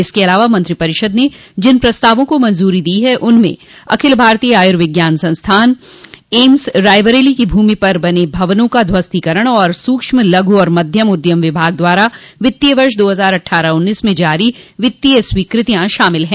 इसके अलावा मंत्रिपरिषद ने जिन प्रस्तावों को मंजूरी दी है उनमें अखिल भारतीय आयुर्विज्ञान संस्थान एम्स रायबरेली की भूमि पर बने भवनों का ध्वस्तीकरण और सूक्ष्म लघु तथा मध्यम उद्यम विभाग द्वारा वित्तीय वर्ष दो हजार अट्ठारह उन्नीस में जारी वित्तीय स्वीकृतियां शामिल है